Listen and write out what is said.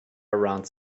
around